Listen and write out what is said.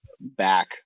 back